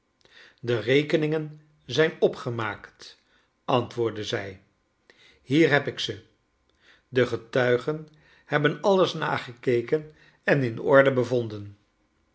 de rekeningen zijn opgemaakt antwoordde zij hier heb ik ze j e getuigen hebben alles nagekeken en in ordo bevonden